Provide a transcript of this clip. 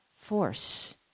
force